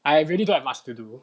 I really don't have much to do